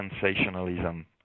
sensationalism